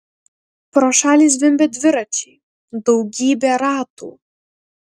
pro šalį zvimbė dviračiai daugybė ratų